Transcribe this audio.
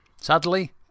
Sadly